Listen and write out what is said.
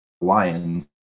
Lions